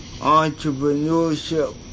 Entrepreneurship